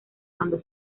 cuando